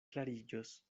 klariĝos